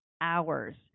hours